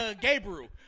Gabriel